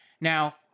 Now